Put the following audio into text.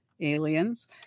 aliens